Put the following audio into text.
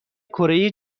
کره